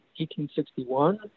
1861